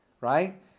right